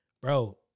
bro